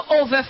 over